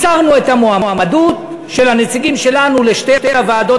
הסרנו את המועמדות של הנציגים שלנו לשתי הוועדות